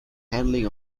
handling